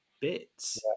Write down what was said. bits